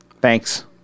Thanks